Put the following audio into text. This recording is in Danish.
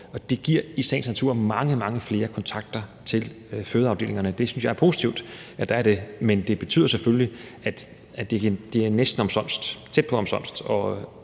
det giver i sagens natur mange, mange flere kontakter til fødeafdelingerne. Det synes jeg er positivt at der er, men det betyder selvfølgelig, at det er tæt på omsonst,